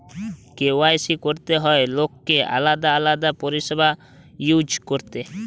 KYC করতে হয় লোককে আলাদা আলাদা পরিষেবা ইউজ করতে